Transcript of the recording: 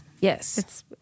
Yes